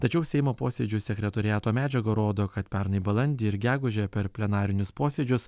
tačiau seimo posėdžių sekretoriato medžiaga rodo kad pernai balandį ir gegužę per plenarinius posėdžius